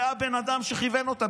זה הבן אדם שכיוון אותם.